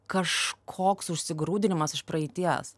kažkoks užsigrūdinimas iš praeities